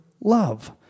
love